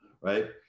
right